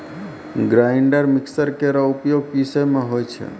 grinder mixer केरो उपयोग पिसै म होय छै